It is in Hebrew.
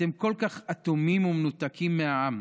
אתם כל כך אטומים ומנותקים מהעם.